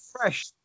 fresh